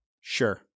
sure